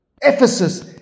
Ephesus